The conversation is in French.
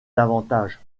davantage